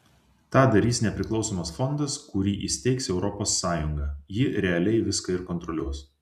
tą darys nepriklausomas fondas kurį steigs europos sąjunga ji realiai viską ir kontroliuos